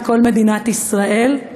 את כל מדינת ישראל,